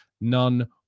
none